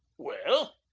well?